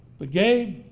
but gabe?